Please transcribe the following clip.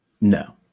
No